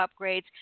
upgrades